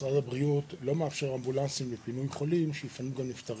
משרד הבריאות לא מאפשר שאמבולנסים לפינוי חולים יפנו נפטרים.